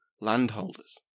landholders